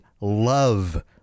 love